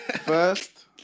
First